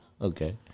Okay